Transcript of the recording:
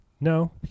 No